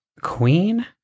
Queen